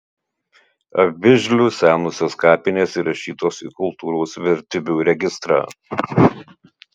avižlių senosios kapinės įrašytos į kultūros vertybių registrą